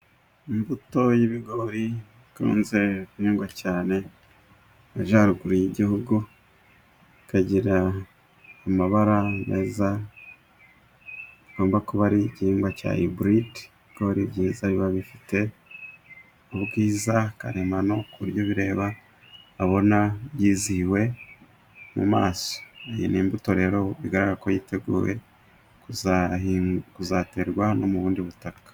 Imbuto y'ibigori inze guhingwa cyane mu majyaruguru y'igihugu, ikagira amabara meza kigomba kuba ari igihigwa cya iburide ibigori byiza biba bifite ubwiza karemano, ku buryo ubireba ubona yizihiwe mu maso. Iyi ni imbuto rero bigaragara ko iteguwe kuzaterwa no mu bundi butaka.